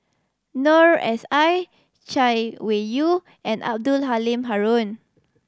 Noor S I Chay Weng Yew and Abdul Halim Haron